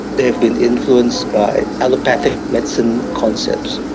they have been influenced by allopathic medicine concepts.